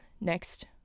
next